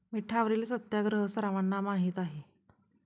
मिठावरील सत्याग्रह सर्वांना माहीत आहे